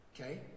Okay